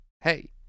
hey